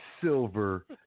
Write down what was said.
silver